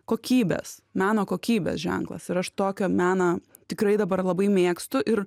kokybės meno kokybės ženklas ir aš tokio meną tikrai dabar labai mėgstu ir